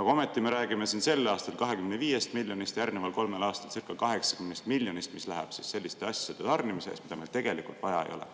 Aga ometi me räägime sel aastal 25 miljonist, järgneval kolmel aastalcirca80 miljonist, mis läheb selliste asjade tarnimise eest, mida meil tegelikult vaja ei ole.